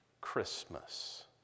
Christmas